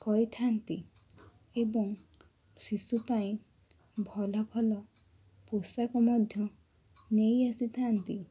କରିଥାନ୍ତି ଏବଂ ଶିଶୁପାଇଁ ଭଲଭଲ ପୋଷାକ ମଧ୍ୟ ନେଇ ଆସିଥାନ୍ତି